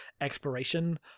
exploration